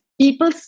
people